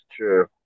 true